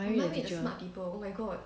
or mind read the smart people oh my god